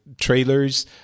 trailers